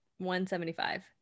$175